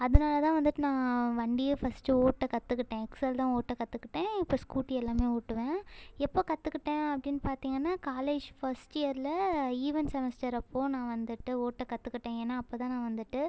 அதனால தான் வந்துட்டு நான் வண்டியே ஃபஸ்ட்டு ஓட்டக் கற்றுக்கிட்டேன் எக்ஸ் எல் தான் ஓட்டக் கற்றுக்கிட்டேன் இப்போ ஸ்கூட்டி எல்லாமே ஓட்டுவேன் எப்போது கற்றுக்கிட்டேன் அப்படின்னு பார்த்தீங்கன்னா காலேஜ் ஃபஸ்ட் இயரில் ஈவென் செமஸ்டர் அப்போது நான் வந்துட்டு ஓட்டக் கற்றுக்கிட்டேன் ஏன்னா அப்போ தான் நான் வந்துவிட்டு